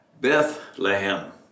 Bethlehem